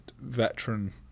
veteran